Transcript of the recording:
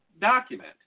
document